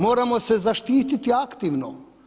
Moramo se zaštiti aktivno.